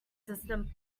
system